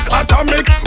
atomic